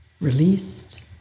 released